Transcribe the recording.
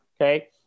okay